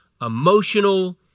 emotional